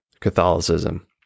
Catholicism